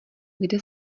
kde